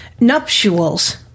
nuptials